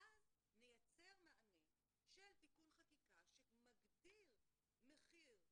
ואז נייצר מענה של תיקון חקיקה שמגדיר מחיר מקסימאלי,